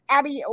Abby